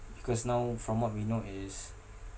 because now from what we know is